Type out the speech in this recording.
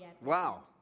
wow